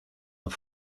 een